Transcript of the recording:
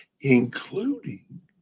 including